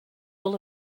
full